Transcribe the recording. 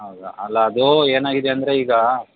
ಹೌದಾ ಅಲ್ಲ ಅದು ಏನಾಗಿದೆ ಅಂದರೆ ಈಗ